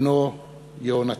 לבנו יונתן.